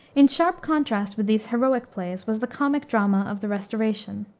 in sharp contrast with these heroic plays was the comic drama of the restoration,